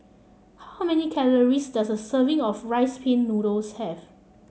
how many calories does a serving of Rice Pin Noodles have